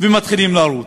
ומתחילים לרוץ.